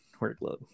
workload